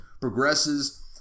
progresses